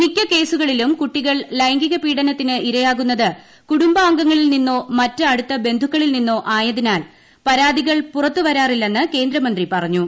മിക്ക കേസുകളിലും കുട്ടികൾ ലൈംഗിക പീഡനത്തിന് ഇരയാകുന്നത് കുടുംബാംഗങ്ങളിൽ നിന്നോ മറ്റ് അടുത്ത ബന്ധുക്കളിൽ നിന്നോ ആയതിനാൽ പരാതികൾ പുറത്തുവരാറില്ലെന്ന് കേന്ദ്രമന്ത്രി പറഞ്ഞു